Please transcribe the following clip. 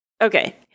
Okay